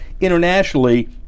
internationally